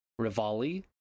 Rivali